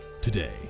today